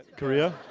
korea?